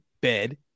bed